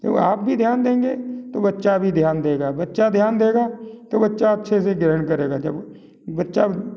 तो आप भी ध्यान देंगे तो बच्चा भी ध्यान देगा बच्चा ध्यान देगा तो बच्चा अच्छे से ग्रहण करेगा जब बच्चा